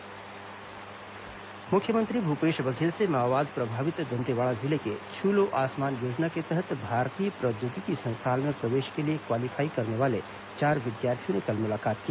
मुख्यमंत्री विद्यार्थी मुलाकात मुख्यमंत्री भूपेश बर्घेल से माओवाद प्रभावित दंतेवाड़ा जिले के छू लो आसमान योजना के तहत भारतीय प्रौद्योगिकी संस्थान में प्रवेश के लिए क्वालीफाई करने वाले चार विद्यार्थियों ने कल मुलाकात की